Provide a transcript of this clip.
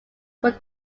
were